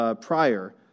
prior